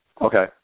Okay